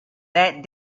that